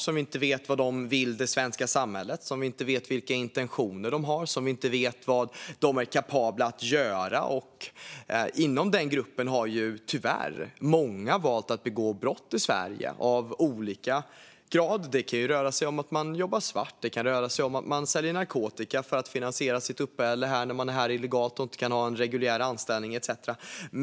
Vi vet inte vad de vill det svenska samhället. Vi vet inte vilka intentioner de har. Vi vet inte vad de är kapabla att göra. Inom den gruppen har tyvärr många valt att begå brott i Sverige av olika grad. Det kan röra sig om att man jobbar svart. Det kan röra sig om att man säljer narkotika för att finansiera sitt uppehälle här när man är här illegalt och inte kan ha en reguljär anställning etcetera.